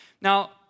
Now